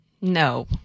No